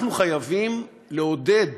אנחנו חייבים לעודד,